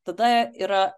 tada yra